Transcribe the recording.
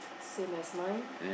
same as mine